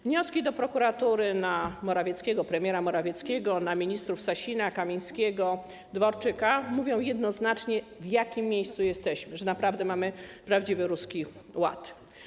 Wnioski do prokuratury na premiera Morawieckiego, na ministrów Sasina, Kamińskiego, Dworczyka mówią jednoznacznie, w jakim miejscu jesteśmy, że naprawdę mamy prawdziwy ruski ład.